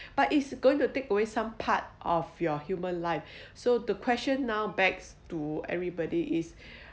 but it's going to take away some part of your human life so the question now backs to everybody is